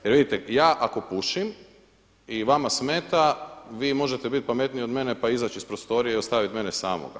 Jer vidite, ja ako pušim i vama smeta vi možete bit pametniji od mene pa izaći iz prostorije i ostavit mene samog.